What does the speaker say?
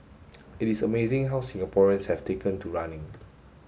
it is amazing how Singaporeans have taken to running